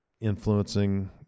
influencing